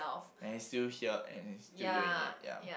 and is still here and is still doing it ya